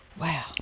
Wow